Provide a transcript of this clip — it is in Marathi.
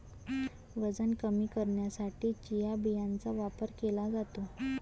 वजन कमी करण्यासाठी चिया बियांचा वापर केला जातो